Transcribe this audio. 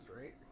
right